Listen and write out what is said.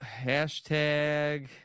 hashtag